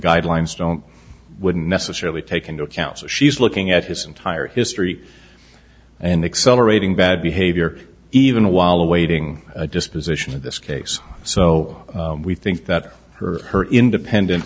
guidelines don't wouldn't necessarily take into account so she's looking at his entire history and accelerating bad behavior even while awaiting disposition of this case so we think that her her independent